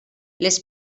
les